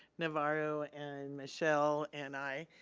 navarro and michelle and i,